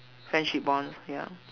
friendship bonds ya